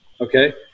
Okay